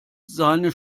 seine